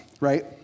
right